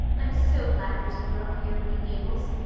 i'm so glad there's a brook near green gables.